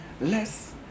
less